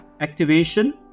activation